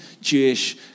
Jewish